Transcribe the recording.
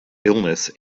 illness